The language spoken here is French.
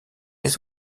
les